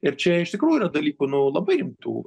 ir čia iš tikrųjų yra dalykų nu labai rimtų